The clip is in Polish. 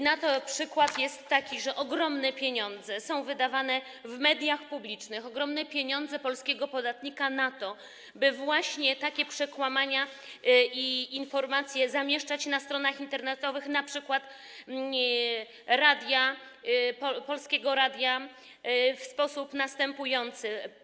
Na to jest taki przykład: ogromne pieniądze są wydawane w mediach publicznych, ogromne pieniądze polskiego podatnika, by właśnie takie przekłamania i informacje zamieszczać na stronach internetowych, np. Polskiego Radia, w sposób następujący.